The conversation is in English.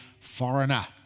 foreigner